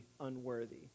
unworthy